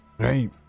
Right